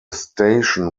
station